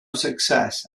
success